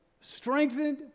strengthened